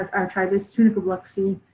our tribe is tunica-biloxi,